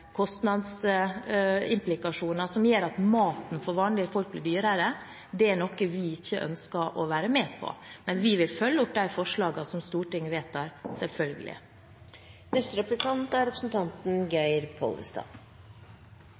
kostnadsimplikasjoner som gjør at maten for vanlige folk blir dyrere, er noe vi ikke ønsker å være med på. Men vi vil følge opp de forslagene som Stortinget vedtar – selvfølgelig. Jeg så meg nødt til å ta opp det forhold at når representanten